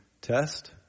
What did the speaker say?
test